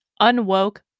Unwoke